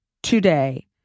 today